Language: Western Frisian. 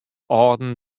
âlden